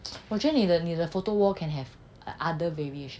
我觉得你你的 photo wall can have other variations